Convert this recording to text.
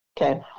Okay